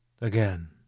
Again